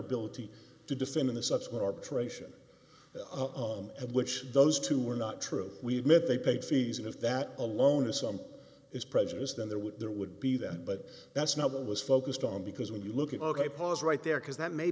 ability to defend in the subsequent arbitration of which those two were not true we admit they paid fees and if that alone is some is prejudice then there would there would be that but that's not what i was focused on because when you look at ok pause right there because that may